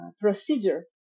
procedure